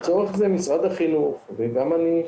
לצורך זה משרד החינוך וגם אני,